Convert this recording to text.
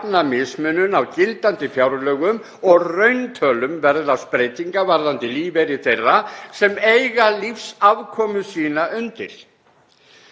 jafna mismunun á gildandi fjárlögum og rauntölum verðlagsbreytinga varðandi lífeyri þeirra sem eiga lífsafkomu sína undir